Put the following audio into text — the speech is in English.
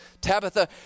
Tabitha